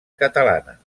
catalana